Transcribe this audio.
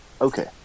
Okay